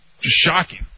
shocking